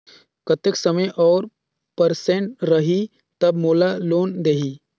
कतेक समय और परसेंट रही तब मोला लोन देही?